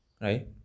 right